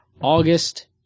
August